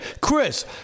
Chris